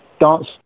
dance